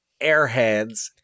Airheads